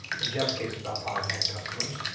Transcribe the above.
in jeff's case it's about product and customers.